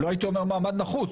לא הייתי אומר מעמד נחות,